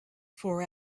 for